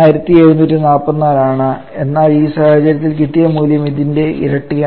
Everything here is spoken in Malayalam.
1744 ആണ് എന്നാൽ ഈ സാഹചര്യത്തിൽ കിട്ടിയ മൂല്യം അതിന്റെ ഇരട്ടിയാണ്